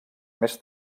més